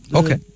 okay